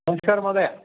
नमस्कारः महोदय